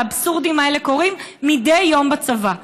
והאבסורדים האלה קורים מדי יום בצבא.